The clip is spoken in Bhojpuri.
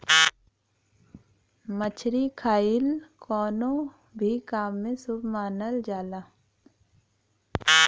मछरी खाईल कवनो भी काम में शुभ मानल जाला